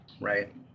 right